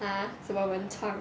ah 什么文创